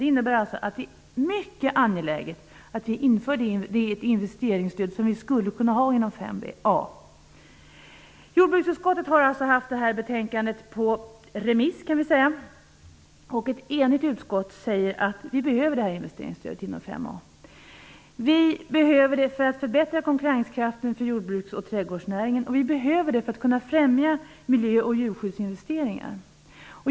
Det innebär att det är mycket angeläget att vi inför det investeringsstöd som vi skulle kunna ha inom ramen för mål 5a. Jordbruksutskottet har yttrat sig över detta betänkande. Ett enigt jordbruksutskott säger att detta investeringsstöd inom ramen för mål 5a behövs. Det behövs för att förbättra konkurrenskraften för jordbruksoch trädgårdsnäringen. Det behövs för att vi skall kunna främja miljö och djurskyddsinvesteringar.